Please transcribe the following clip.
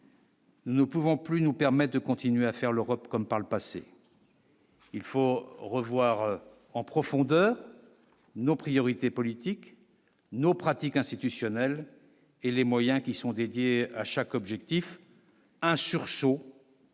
Nous ne pouvons plus nous permet de continuer à faire l'Europe, comme par le passé. Il faut revoir en profondeur nos priorités politiques, nos pratiques institutionnelles et les moyens qui sont dédiés à chaque objectif un sursaut.